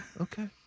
Okay